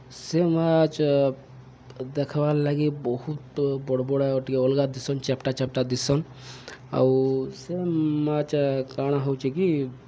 ସେ ମାଛ୍ ଦେଖ୍ବାର୍ ଲାଗି ବହୁତ୍ ବଡ଼୍ ବଡ଼୍ ଏ ଟିକେ ଅଲ୍ଗା ଦିସ୍ସନ୍ ଚେପ୍ଟା ଚେପ୍ଟା ଦିସ୍ସନ୍ ଆଉ ସେ ମାଛ୍ କାଣା ହଉଚେ କି